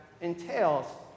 entails